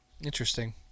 Interesting